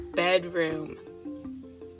bedroom